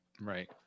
Right